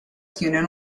tiene